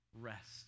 rest